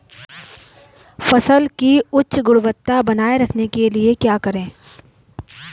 फसल की उच्च गुणवत्ता बनाए रखने के लिए क्या करें?